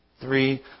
Three